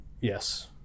yes